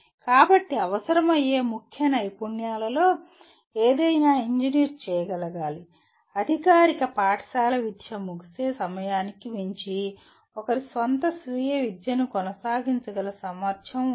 కాబట్టి అవసరమయ్యే ముఖ్య నైపుణ్యాలలో ఏదైనా ఇంజనీర్ చేయగలగాలి అధికారిక పాఠశాల విద్య ముగిసే సమయానికి మించి ఒకరి స్వంత స్వీయ విద్యను కొనసాగించగల సామర్థ్యం ఉండాలి